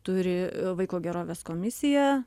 turi vaiko gerovės komisija